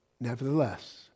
nevertheless